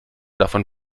davon